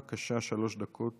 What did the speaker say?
בבקשה, שלוש דקות